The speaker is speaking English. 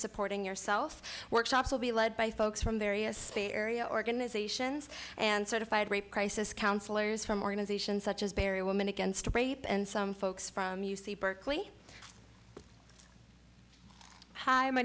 supporting yourself workshops will be led by folks from various area organizations and certified rape crisis counselors from organizations such as berry women against rape and some folks from u c berkeley hi my